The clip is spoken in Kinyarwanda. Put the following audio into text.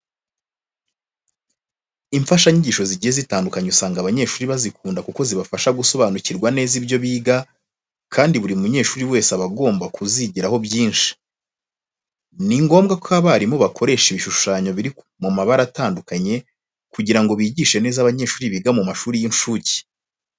Imfashanyigisho zigiye zitandukanye usanga abanyeshuri bazikunda kuko zibafasha gusobanukirwa neza ibyo biga kandi buri munyeshuri wese aba agomba kuzigiraho byinshi. Ni ngombwa ko abarimu bakoresha ibishushanyo biri mu mabara atandukanye kugira ngo bigishe neza abanyeshuri biga mu mashuri y'incuke.